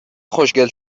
خوشگل